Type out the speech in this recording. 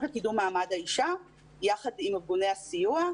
לקידום מעמד האישה יחד עם ארגוני הסיוע,